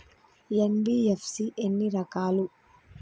NBFC ఎన్ని రకాలు?